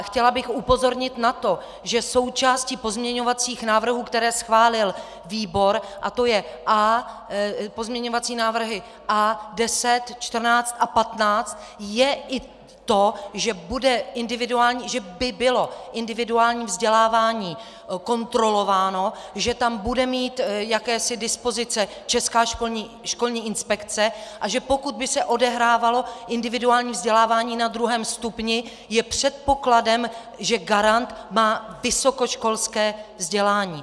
Chtěla bych upozornit na to, že součástí pozměňovacích návrhů, které schválil výbor, a to je A, pozměňovací návrhy A10, 14 a 15, je i to, že by bylo individuální vzdělávání kontrolováno, že tam bude mít jakési dispozice Česká školní inspekce, a že pokud by se odehrávalo individuální vzdělávání na druhém stupni, je předpokladem, že garant má vysokoškolské vzdělání.